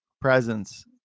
presence